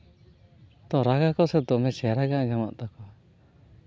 ᱛᱚ ᱨᱟᱜᱟᱠᱚ ᱥᱮ ᱫᱚᱢᱮ ᱪᱮᱨᱦᱟ ᱜᱮ ᱟᱸᱡᱚᱢᱚᱜ ᱛᱟᱠᱚᱣᱟ